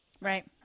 Right